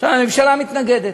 עכשיו, הממשלה מתנגדת.